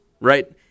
right